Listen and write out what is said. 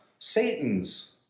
Satan's